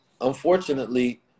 unfortunately